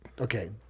Okay